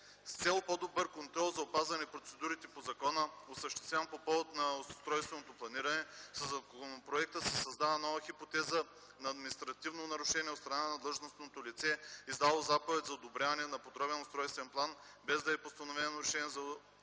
С цел по-добър контрол за спазване на процедурите по закона, осъществяван по повод на устройственото планиране, със законопроекта се създава нова хипотеза на административно нарушение от страна на длъжностно лице, издало заповед за одобряване на подробен устройствен план, без да е постановено решение за утвърждаване